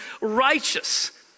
righteous